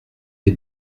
des